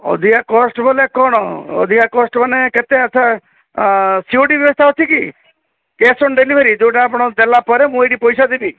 ଅଧିକା କଷ୍ଟ ମାନେ କ'ଣ ଅଧିକା କଷ୍ଟ ମାନେ କେତେ ସିଏ ସି ଓ ଡି ବ୍ୟବସ୍ଥା ଅଛି କି କ୍ୟାସ୍ ଅନ୍ ଡେଲିଭରି ଯେଉଁଟା ଆପଣ ଦେଲା ପରେ ମୁଁ ଏଇଠି ପଇସା ଦେବି